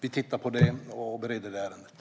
Vi tittar på det och bereder ärendet.